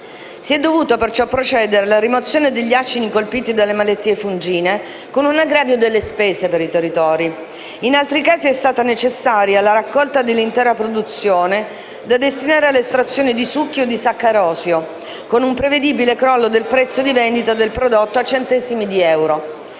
Si è dovuto perciò procedere alla rimozione degli acini colpiti dalle malattie fungine, con un aggravio delle spese per i territori. In altri casi è stata necessaria la raccolta dell'intera produzione da destinare all'estrazione di succhi o di saccarosio, con un prevedibile crollo del prezzo di vendita del prodotto a centesimi di euro.